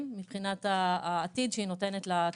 מבחינת העתיד שהיא נותנת לצעירים.